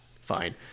fine